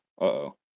uh-oh